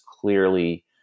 clearly